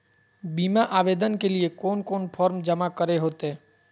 बीमा आवेदन के लिए कोन कोन फॉर्म जमा करें होते